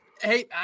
Hey